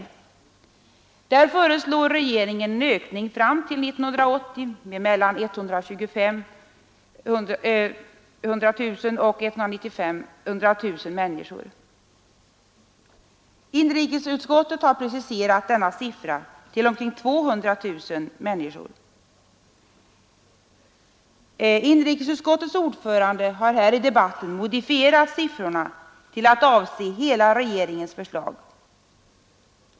Regeringen föreslår en ökning fram till 1980 med mellan 125 000 och 195 000 människor. Inrikesutskottet har preciserat denna siffra till ca 200 000 människor. Inrikesutskottets ordförande har här i debatten modifierat siffrorna till att avse hela regeringens förslag.